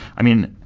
i mean,